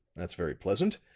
that's very pleasant.